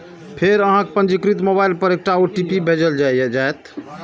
फेर अहांक पंजीकृत मोबाइल पर एकटा ओ.टी.पी भेजल जाएत